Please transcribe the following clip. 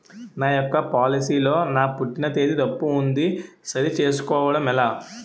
నా యెక్క పోలసీ లో నా పుట్టిన తేదీ తప్పు ఉంది సరి చేసుకోవడం ఎలా?